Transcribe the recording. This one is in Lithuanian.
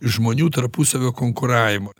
žmonių tarpusavio konkuravimo